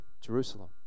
Jerusalem